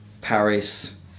Paris